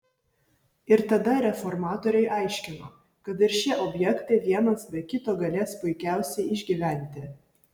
ir tada reformatoriai aiškino kad ir šie objektai vienas be kito galės puikiausiai išgyventi